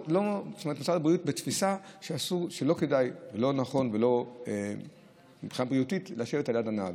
משרד הבריאות בתפיסה שלא כדאי ולא נכון מבחינה בריאותית לשבת ליד הנהג.